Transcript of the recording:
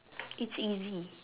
it's easy